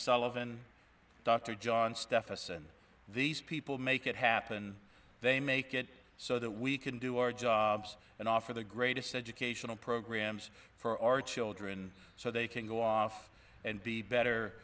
sullivan dr john steffensen these people make it happen they make it so that we can do our jobs and offer the greatest educational programs for our children so they can go off and be better